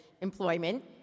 employment